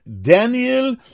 daniel